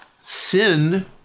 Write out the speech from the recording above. sin